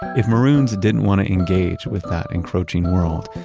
if maroons didn't want to engage with that encroaching world,